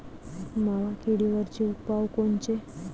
मावा किडीवरचे उपाव कोनचे?